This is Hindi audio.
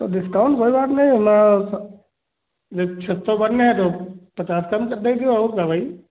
तो डिस्काउंट कोई बात नहीं और ना ये छः सौ करने हैं तो पचास कम कर देंगे और क्या भई